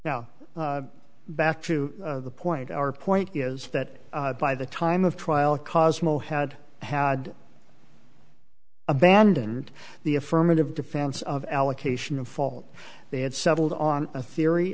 now back to the point or point that by the time of trial cosmo had had abandoned the affirmative defense of allocation of fault they had settled on a theory